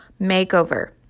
makeover